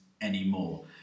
Anymore